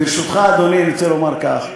ברשותך, אדוני, אני רוצה לומר כך: